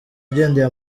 yagendeye